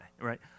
right